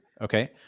Okay